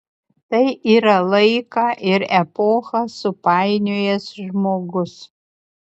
tai yra laiką ir epochą supainiojęs žmogus